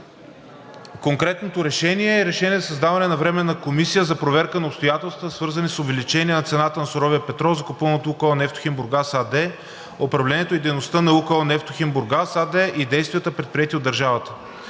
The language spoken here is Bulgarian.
Конкретното решение е: РЕШЕНИЕ за създаване на Временна комисия за проверка на обстоятелствата, свързани с увеличение на цената на суровия петрол, закупуван от „Лукойл Нефтохим Бургас“ АД, управлението и дейността на „Лукойл Нефтохим Бургас“ АД и действията, предприети от държавата